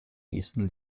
nächsten